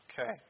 Okay